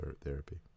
therapy